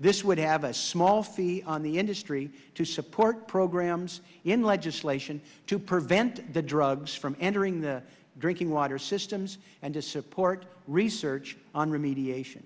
this would have a small fee on the industry to support programs in legislation to prevent the drugs from entering the drinking water systems and to support research on remediation